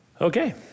Okay